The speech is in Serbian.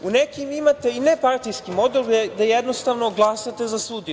U nekim imate i nepartijski model gde jednostavno glasanje za sudiju.